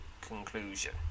conclusion